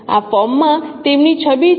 આ ફોર્મમાં તેમની છબી છે